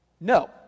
No